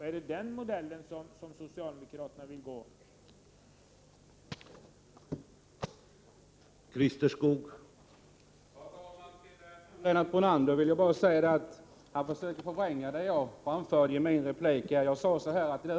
Är det den modellen som socialdemokraterna vill arbeta efter?